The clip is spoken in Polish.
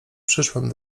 przyszłam